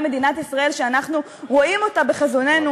מדינת ישראל שאנחנו רואים אותה בחזוננו,